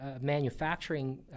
manufacturing